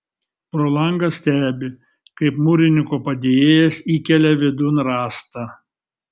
pro langą stebi kaip mūrininko padėjėjas įkelia vidun rąstą